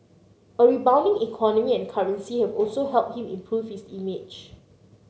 a rebounding economy and currency have also helped him improve his image